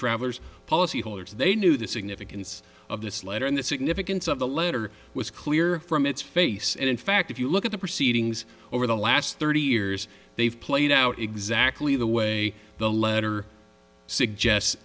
travellers policyholders they knew the significance of this letter and the significance of the letter was clear from its face and in fact if you look at the proceedings over the last thirty years they've played out exactly the way the letter suggests